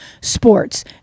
sports